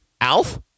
Alf